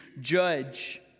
judge